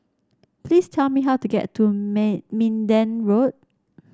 please tell me how to get to Mi Minden Road